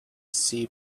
sea